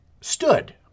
stood